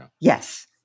Yes